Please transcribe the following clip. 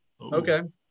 Okay